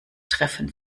treffen